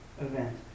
event